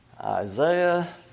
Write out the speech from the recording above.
Isaiah